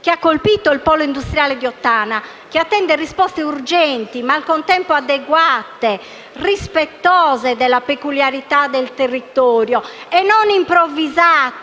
che ha colpito il polo industriale di Ottana, che attende risposte urgenti ma al contempo adeguate, rispettose delle peculiarità del territorio e non improvvisate